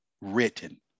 written